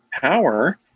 power